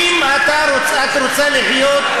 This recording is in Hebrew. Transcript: אם את רוצה לחיות,